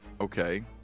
Okay